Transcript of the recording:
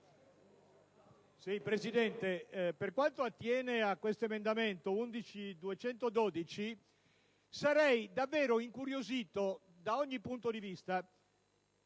Presidente, per quanto attiene all'emendamento 11.212, sarei davvero incuriosito da ogni punto di vista